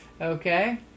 Okay